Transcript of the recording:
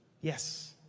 Yes